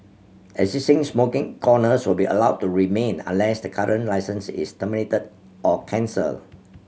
existing smoking corners will be allowed to remain unless the current licence is terminated or cancelled